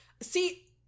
See